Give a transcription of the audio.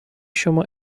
شما